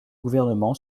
gouvernement